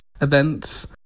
events